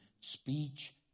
speech